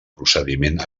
procediment